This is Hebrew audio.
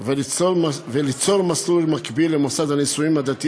וליצור מסלול מקביל למוסד הנישואים הדתי,